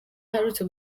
aherutse